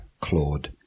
Claude